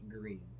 green